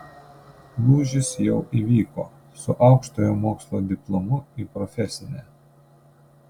lūžis jau įvyko su aukštojo mokslo diplomu į profesinę